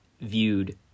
viewed